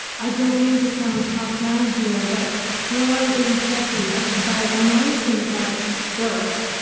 i don't mean to sound top down here but drawing in sectors ah by announcing our birth,